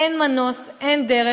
אין מנוס, אין דרך.